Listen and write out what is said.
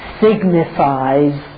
signifies